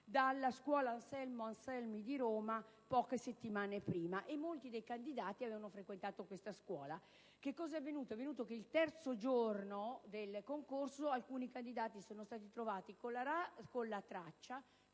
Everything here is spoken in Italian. dalla scuola «Anselmo Anselmi» di Roma poche settimane prima e molti dei candidati avevano frequentato quella scuola. Il terzo giorno del concorso alcuni candidati sono stati trovati con la traccia